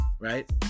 Right